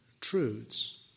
truths